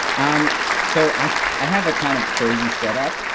um so, i i have a kind of crazy setup.